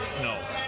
No